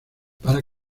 para